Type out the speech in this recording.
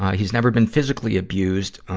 he's never been physically abused, ah,